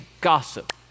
gossip